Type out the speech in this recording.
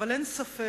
אבל אין ספק